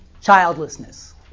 childlessness